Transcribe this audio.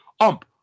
ump